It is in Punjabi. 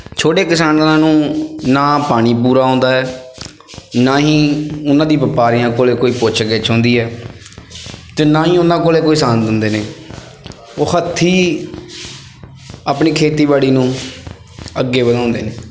ਛੋਟੇ ਕਿਸਾਨਾਂ ਨੂੰ ਨਾ ਪਾਣੀ ਪੂਰਾ ਆਉਂਦਾ ਹੈ ਨਾ ਹੀ ਉਹਨਾਂ ਦੀ ਵਪਾਰੀਆਂ ਕੋਲ ਕੋਈ ਪੁੱਛ ਗਿੱਛ ਹੁੰਦੀ ਹੈ ਅਤੇ ਨਾ ਹੀ ਉਹਨਾਂ ਕੋਲ ਕੋਈ ਸੰਦ ਹੁੰਦੇ ਨੇ ਉਹ ਹੱਥੀਂ ਆਪਣੀ ਖੇਤੀਬਾੜੀ ਨੂੰ ਅੱਗੇ ਵਧਾਉਂਦੇ ਨੇ